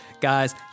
Guys